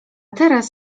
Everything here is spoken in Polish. teraz